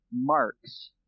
Marx